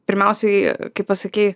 pirmiausiai kai pasakei